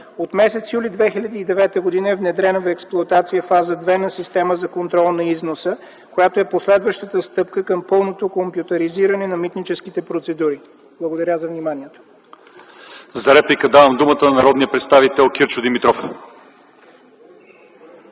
От м. юли 2009 г. е внедрена в експлоатация фаза 2 на система за контрол на износа, която е последващата стъпка към пълното компютризиране на митническите процедури. Благодаря за вниманието.